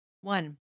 One